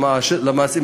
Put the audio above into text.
למעשה,